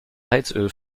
heizöl